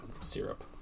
syrup